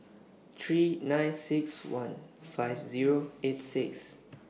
three nine six one five Zero eight six